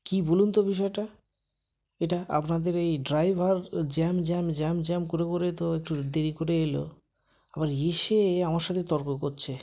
কী বলুন তো বিষয়টা এটা আপনাদের এই driver jam jam jam jam করে করে তো একটু দেরি করে এল আবার এসে আমার সাথে তর্ক করছে